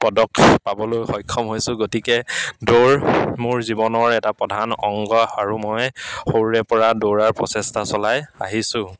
পদক পাবলৈ সক্ষম হৈছোঁ গতিকে দৌৰ মোৰ জীৱনৰ এটা প্ৰধান অংগ আৰু মই সৰুৰেপৰা দৌৰাৰ প্ৰচেষ্টা চলাই আহিছোঁ